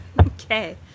Okay